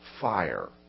fire